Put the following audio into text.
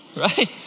right